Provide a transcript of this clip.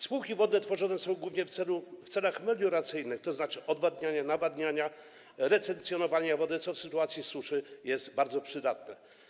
Spółki wodne tworzone są głównie w celach melioracyjnych, tzn. odwadniania, nawadniania, retencjonowania wody, co w sytuacji suszy jest bardzo przydatne.